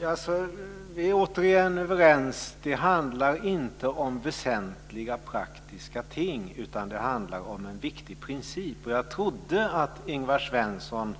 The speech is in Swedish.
Herr talman! Vi är återigen överens. Det handlar inte om väsentliga praktiska ting, utan det handlar om en viktig princip. Jag trodde att Ingvar Svensson,